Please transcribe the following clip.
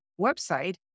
website